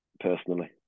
personally